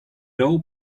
doe